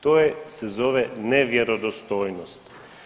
To se zove nevjerodostojnost.